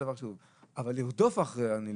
אבל לרדוף אחרי העני,